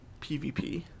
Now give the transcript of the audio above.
pvp